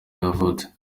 yavutse